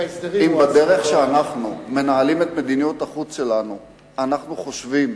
אם בדרך שאנחנו מנהלים את מדיניות החוץ שלנו אנחנו חושבים